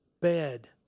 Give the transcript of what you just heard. bed